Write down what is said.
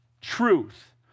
truth